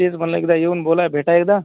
तेच म्हटलं एकदा येऊन बोला भेटा एकदा